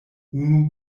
unu